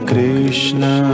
Krishna